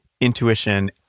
intuition